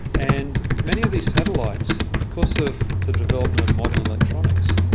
and many of these satellites, because of the development of modern electronics,